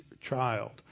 child